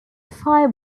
fire